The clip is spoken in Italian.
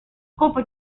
scopo